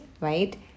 Right